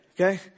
Okay